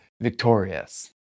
victorious